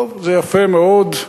זה יפה מאוד,